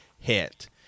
hit